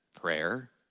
prayer